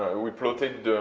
we plotted,